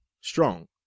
strong